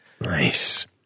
nice